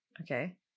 okay